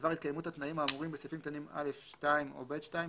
בדבר התקיימות התנאים האמורים בסעיפים קטנים (א)(2) או (ב)(2),